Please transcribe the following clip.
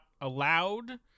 allowed